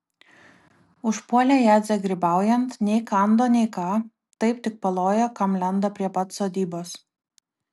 užpuolė jadzę grybaujant nei kando nei ką taip tik palojo kam lenda prie pat sodybos